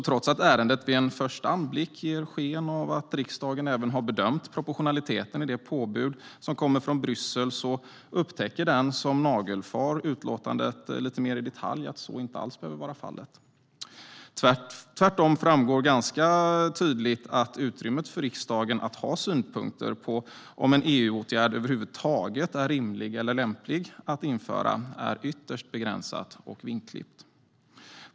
Trots att ärendet vid en första anblick ger sken av att riksdagen även har bedömt proportionaliteten i de påbud som kommer från Bryssel upptäcker den som nagelfar utlåtandet lite mer i detalj att så inte alls behöver vara fallet. Tvärtom framgår ganska tydligt att utrymmet för riksdagen att ha synpunkter på om en EU-åtgärd över huvud taget är rimlig eller lämplig att införa är ytterst begränsat och vingklippt.